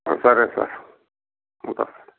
సరే సార్ ఉంటాను